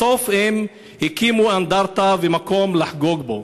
בסוף הם הקימו אנדרטה ומקום לחגוג בו.